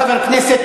לוגיקה,